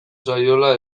zaiola